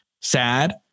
sad